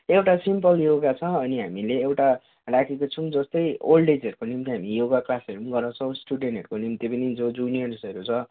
एउटा simple yoga छ अनि हामीले एउटा राखेको छौँ जस्तै ओल्ड एजहरूको निम्ति हामी योगा क्लासहरू पनि गराउँछौँ स्टुडेन्टहरूको निम्ति पनि जो जुनियर्सहरू छ